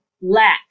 lack